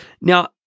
Now